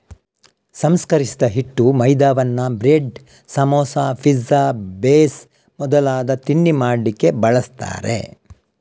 ಸಂಸ್ಕರಿಸಿದ ಹಿಟ್ಟು ಮೈದಾವನ್ನ ಬ್ರೆಡ್, ಸಮೋಸಾ, ಪಿಜ್ಜಾ ಬೇಸ್ ಮೊದಲಾದ ತಿಂಡಿ ಮಾಡ್ಲಿಕ್ಕೆ ಬಳಸ್ತಾರೆ